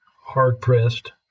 hard-pressed